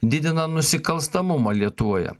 didina nusikalstamumą lietuvoje